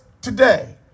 today